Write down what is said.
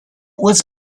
was